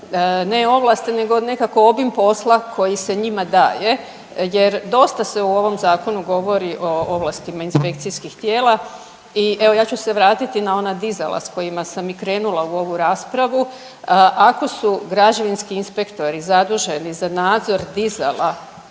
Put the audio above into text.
ne ovlasti, nego nekako obim posla koji se njima daje jer dosta se u ovom Zakonu govori o ovlastima inspekcijskih tijela i evo, ja ću se vratiti na ona dizela s kojima sam i krenula u ovu raspravu. Ako su građevinski inspektori zaduženi za nadzor dizela,